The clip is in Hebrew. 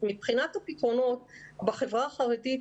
מבחינת הפתרונות בחברה החרדית,